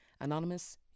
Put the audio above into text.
Anonymous